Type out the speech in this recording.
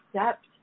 accept